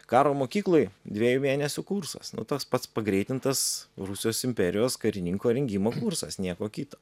karo mokykloj dviejų mėnesių kursas nu tas pats pagreitintas rusijos imperijos karininko rengimo kursas nieko kito